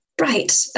Right